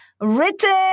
written